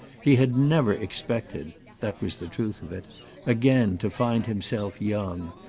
he had never expected that was the truth of it again to find himself young,